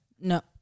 no